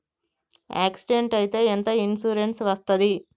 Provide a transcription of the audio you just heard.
Accident అయితే ఎంత insurance వస్తది?